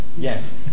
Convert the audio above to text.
Yes